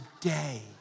today